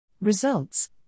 Results